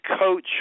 coach